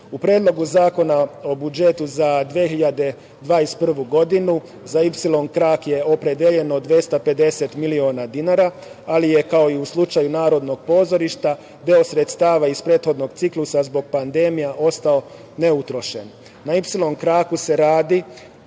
Predlogu zakona o budžetu za 2021. godinu za Ipsilon krak je opredeljeno 250 miliona dinara, ali je, kao i u slučaju Narodnog pozorišta, deo sredstava iz prethodnog ciklusa zbog pandemije ostao neutrošen. Na Ipsilon kraku se radi,